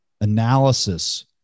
analysis